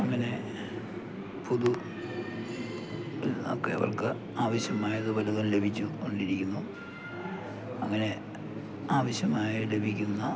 അങ്ങനെ ഒക്കെ അവർക്ക് ആവശ്യമായത് പലതും ലഭിച്ചുകൊണ്ടിരിക്കുന്നു അങ്ങനെ ആവശ്യമായത് ലഭിക്കുന്ന